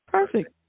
Perfect